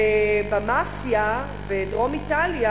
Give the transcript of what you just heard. במאפיה בדרום איטליה,